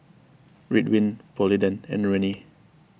Ridwind Polident and Rene